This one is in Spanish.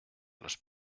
los